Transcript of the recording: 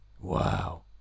wow